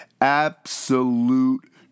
Absolute